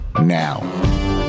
now